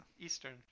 Eastern